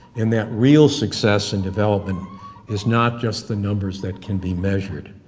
in that real success and development is not just the numbers that can be measured.